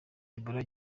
ebola